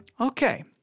Okay